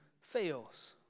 fails